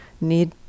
need